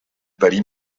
parir